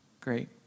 Great